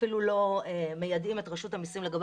אפילו לא מיידעים את רשות המיסים לגבי